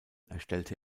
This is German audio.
erstellte